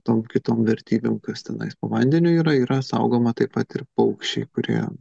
tom kitom vertybėm kas tenais vandeniu yra yra saugoma taip pat ir paukščiai kurie